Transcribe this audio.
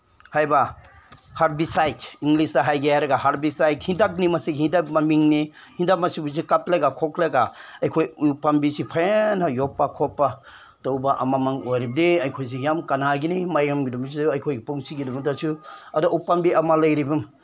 ꯍꯥꯏꯕ ꯍꯔꯕꯤꯁꯥꯏꯠ ꯏꯪꯂꯤꯁꯇ ꯍꯥꯏꯒꯦ ꯍꯥꯏꯔꯒꯅ ꯍꯔꯕꯤꯁꯥꯏꯠ ꯍꯤꯗꯥꯛꯅꯤ ꯃꯁꯤ ꯍꯤꯗꯥꯛ ꯃꯃꯤꯡꯅꯤ ꯍꯤꯗꯥꯛ ꯃꯁꯤꯒꯨꯝꯕꯁꯦ ꯀꯥꯞꯂꯒ ꯈꯣꯠꯂꯒ ꯑꯩꯈꯣꯏ ꯎ ꯄꯥꯝꯕꯤꯁꯤ ꯐꯖꯅ ꯌꯣꯛꯄ ꯈꯣꯠꯄ ꯇꯧꯕ ꯑꯃꯃ ꯑꯣꯏꯔꯕꯗꯤ ꯑꯩꯈꯣꯏꯁꯤ ꯌꯥꯝ ꯀꯥꯟꯅꯒꯅꯤ ꯃꯌꯥꯝꯒꯤꯗꯃꯛꯁꯨ ꯑꯩꯈꯣꯏꯒꯤ ꯄꯨꯟꯁꯤꯒꯤꯗꯃꯛꯇꯁꯨ ꯑꯗꯨ ꯎ ꯄꯥꯝꯕꯤ ꯑꯃ ꯂꯩꯔꯤꯕ